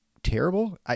Terrible